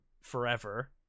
forever